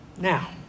now